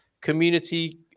community